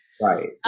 Right